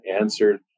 answered